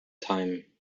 time